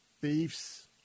thieves